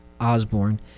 Osborne